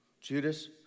Judas